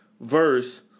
verse